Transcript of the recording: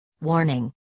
Warning